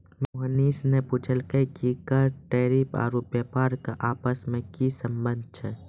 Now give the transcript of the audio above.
मोहनीश ने पूछलकै कि कर टैरिफ आरू व्यापार के आपस मे की संबंध छै